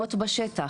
מיושמות בשטח.